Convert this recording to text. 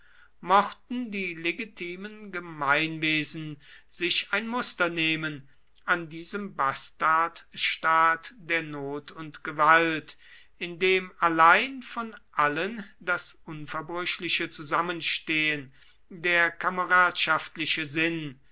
mochten die legitimen gemeinwesen sich ein muster nehmen an diesem bastardstaat der not und gewalt in den allein von allen das unverbrüchliche zusammenstehen der kameradschaftliche sinn